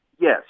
yes